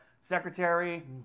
secretary